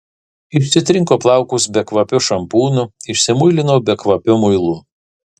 išsitrinko plaukus bekvapiu šampūnu išsimuilino bekvapiu muilu